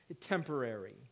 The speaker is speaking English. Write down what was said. temporary